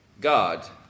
God